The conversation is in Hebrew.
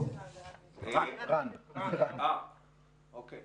הדוחות ואני לא רוצה